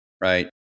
right